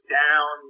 down